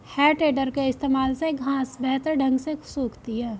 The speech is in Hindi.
है टेडर के इस्तेमाल से घांस बेहतर ढंग से सूखती है